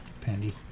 Pandy